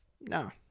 no